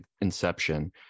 inception